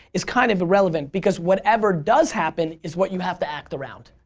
is kind of irrelevant because whatever does happen is what you have to act around.